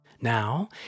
Now